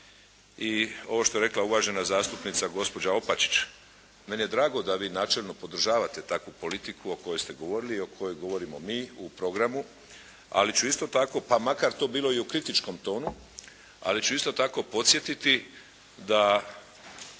i ovo što je rekla uvažena zastupnica gospođa Opačić. Meni je drago da vi načelno podržavate takvu politiku o kojoj ste govorili i o kojoj govorimo mi u programu ali ću isto tako pa makar to bilo u kritičkom tonu. Ali ću isto tako podsjetiti da